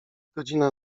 godzina